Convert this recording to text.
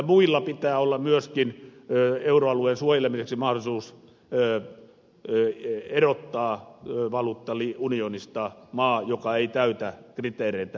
muilla pitää olla myöskin euroalueen suojelemiseksi mahdollisuus erottaa valuuttaunionista maa joka ei täytä kriteereitä